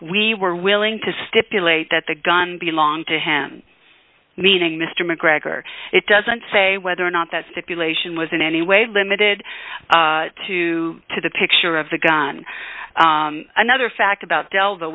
we were willing to stipulate that the gun belonged to him meaning mr macgregor it doesn't say whether or not that stipulation was in any way limited to to the picture of the gun another fact about dell th